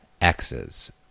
X's